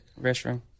restroom